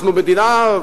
אנחנו מדינה,